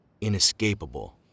inescapable